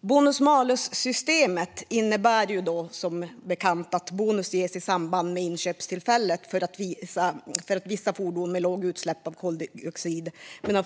Bonus malus-systemet innebär som bekant att bonus ges i samband med inköpstillfället för vissa fordon med låga utsläpp av koldioxid.